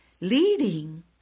leading